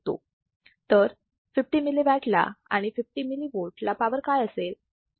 तर 50 milliwatt ला आणि 50 millivolts ला पावर काय असेल